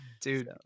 Dude